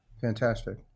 Fantastic